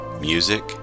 music